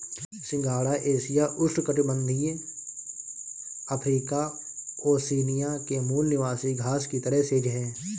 सिंघाड़ा एशिया, उष्णकटिबंधीय Africa, Oceania के मूल निवासी घास की तरह सेज है